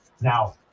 Now